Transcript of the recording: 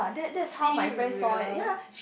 serious